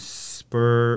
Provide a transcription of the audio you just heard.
spur